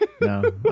No